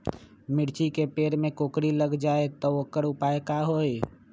मिर्ची के पेड़ में कोकरी लग जाये त वोकर उपाय का होई?